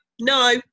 no